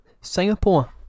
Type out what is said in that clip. Singapore